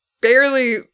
barely